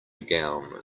gown